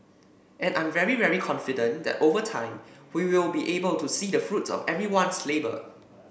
and I'm very very confident that over time we will be able to see the fruits of everyone's labour